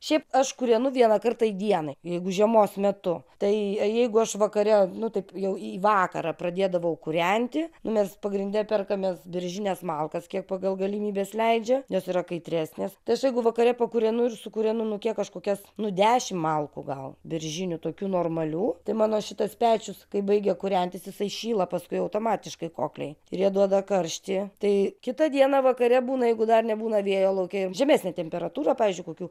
šiaip aš kūrenu vieną kartą į dieną jeigu žiemos metu tai jeigu aš vakare nu taip jau į vakarą pradėdavau kūrenti mes pagrinde perkamės beržines malkas kiek pagal galimybes leidžia nes yra kaitresnės tai aš jeigu vakare pakūrenu ir sukūrenu nu kiek aš kokias nu dešimt malkų gal beržinių tokių normalių tai mano šitas pečius kai baigia kūrentis jisai šyla paskui automatiškai kokliai ir jie duoda karštį tai kitą dieną vakare būna jeigu dar nebūna vėjo lauke ir žemesnė temperatūra pavyzdžiui kokių